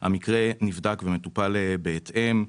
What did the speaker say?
המקרה נבדק ומטופל בהתאם".